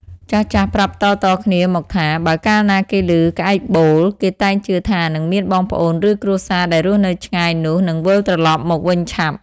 ចាស់ៗធ្លាប់ប្រាប់តៗគ្នាមកថា បើកាលណាគេឮក្អែកបូល គេតែងជឿថា នឹងមានបងប្អូន ឬគ្រួសារដែលរស់នៅឆ្ងាយនោះ និងវិលត្រឡប់មកវិញឆាប់។